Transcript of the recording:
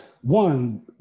one